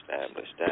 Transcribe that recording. established